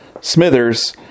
Smithers